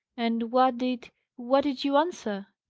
and what did what did you answer?